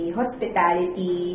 hospitality